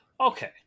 Okay